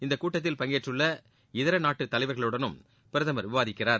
இந்த கூட்டத்தில் பங்கேற்றுள்ள இதர நாட்டு தலைவர்களுடனும் பிரதமர் விவாதிக்கிறார்